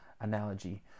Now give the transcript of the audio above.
analogy